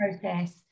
process